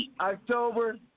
October